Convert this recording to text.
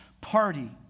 party